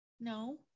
No